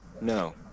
no